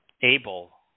able